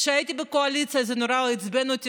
כשהייתי בקואליציה זה נורא עצבן אותי